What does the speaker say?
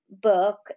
book